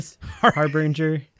Harbinger